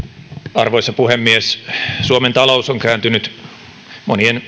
arvoisa puhemies suomen talous on kääntynyt monien